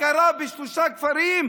הכרה בשלושה כפרים,